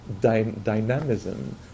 Dynamism